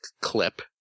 clip